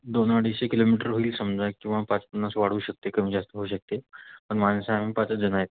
दोन अडीचशे किलोमीटर होईल समजा किंवा पाच पन्नास वाढू शकते कमी जास्त होऊ शकते पण माणसं आम्ही पाच जणच आहेत